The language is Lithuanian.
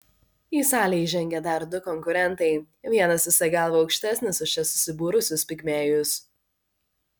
į salę įžengia dar du konkurentai vienas visa galva aukštesnis už čia susibūrusius pigmėjus